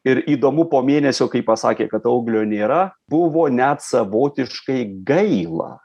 ir įdomu po mėnesio kai pasakė kad auglio nėra buvo net savotiškai gaila